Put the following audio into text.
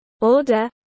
order